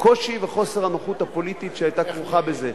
הקושי וחוסר הנוחות הפוליטית שהיו כרוכים בזה.